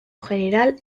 jeneral